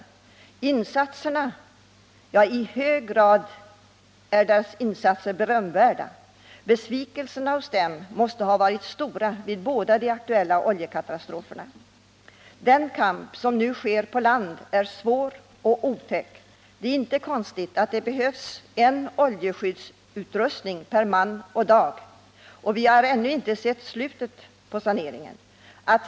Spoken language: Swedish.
Deras insatser är i hög grad berömvärda. Besvikelserna hos dem måste ha varit stora vid båda de aktuella oljekatastroferna. Den kamp som förs på land är svår och otäck. Det är inte konstigt att det behövs en oljeskyddsutrustning per man och dag: Och saneringen är ännu inte slutförd.